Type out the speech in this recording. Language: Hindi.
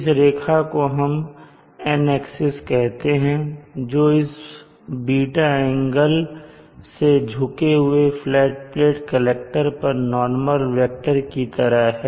इस रेखा को हम N एक्सिस कहते हैं जो इस ß एंगल सेझुके हुए फ्लैट प्लेट कलेक्टर पर नॉर्मल वेक्टर की तरह है